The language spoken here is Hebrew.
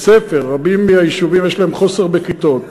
או בית-ספר, רבים מהיישובים חסרות להם כיתות.